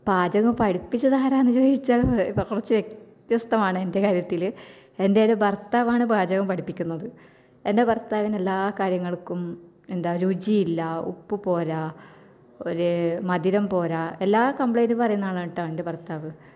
പാചകം പഠിപ്പിച്ചത് ആരാണെന്ന് ചോദിച്ചാല് കുറച്ച് വ്യത്യസ്തമാണ് എൻ്റെ കാര്യത്തില് എൻ്റെ ഒരു ഭർത്താവാണ് പാചകം പഠിപ്പിക്കുന്നത് എൻ്റെ ഭർത്താവിന് എല്ലാ കാര്യങ്ങൾക്കും എന്താ രുചിയില്ല ഉപ്പ് പോരാ ഒര് മധുരം പോരാ എല്ലാ കംപ്ലൈൻറ്റ് പറയുന്ന ആളാണ് കേട്ടോ എൻ്റെ ഭർത്താവ്